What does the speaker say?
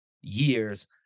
years